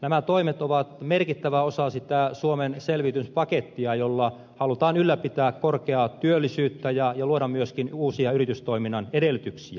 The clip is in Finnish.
nämä toimet ovat merkittävä osa sitä suomen selviytymispakettia jolla halutaan ylläpitää korkeaa työllisyyttä ja luoda myöskin uusia yritystoiminnan edellytyksiä